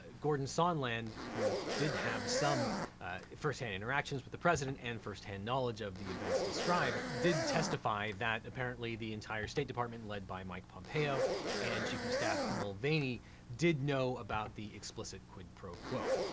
ah gordon sondland, who did have some first-hand interactions with the president and first-hand knowledge of the events described did testify that apparently the entire state department led by mike pompeo and chief of staff mulvaney did know about the explicit quid pro quo.